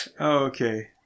Okay